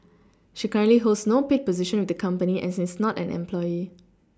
she currently holds no paid position with the company and is not an employee